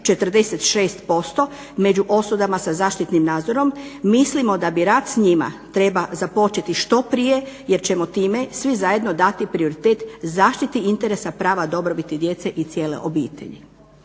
46% među osudama sa zaštitnim nadzorom. Mislimo da bi rad s njima trebao započeti što prije jer ćemo time svi zajedno dati prioritet zaštiti interesa prava dobrobiti djece i cijele obitelji.